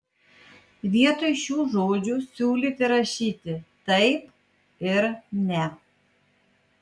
vietoj šių žodžių siūlyti rašyti taip ir ne